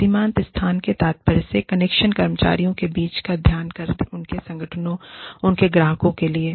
सीमांत स्थान से तात्पर्य है कनेक्शन कर्मचारियों के बीच का स्थान उनके संगठनों और उनके ग्राहकों के लिए है